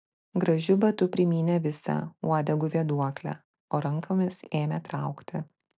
gražiu batu primynė visą uodegų vėduoklę o rankomis ėmė traukti